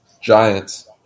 Giants